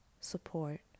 support